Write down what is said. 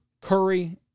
Curry